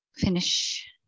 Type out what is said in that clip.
finish